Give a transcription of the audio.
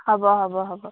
হ'ব হ'ব হ'ব